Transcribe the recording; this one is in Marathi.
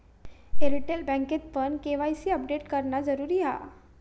एअरटेल बँकेतपण के.वाय.सी अपडेट करणा जरुरी हा